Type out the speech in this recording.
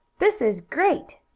this is great!